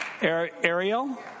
Ariel